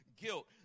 guilt